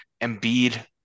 Embiid